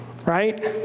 right